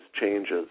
changes